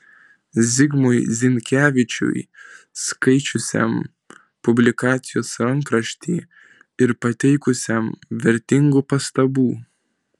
zigmui zinkevičiui skaičiusiam publikacijos rankraštį ir pateikusiam vertingų pastabų